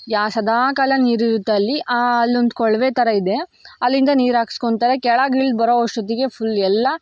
ಯ ಸದಾ ಕಾಲ ನೀರು ಇರುತ್ತೆ ಅಲ್ಲಿ ಅಲ್ಲೊಂದು ಕೊಳವೆ ಥರ ಇದೆ ಅಲ್ಲಿಂದ ನೀರು ಹಾಕ್ಸ್ಕೊತಾರೆ ಕೆಳಗೆ ಇಳ್ದು ಬರೋ ಅಷ್ಟೊತ್ತಿಗೆ ಫುಲ್ ಎಲ್ಲ